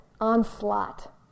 onslaught